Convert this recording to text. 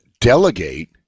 delegate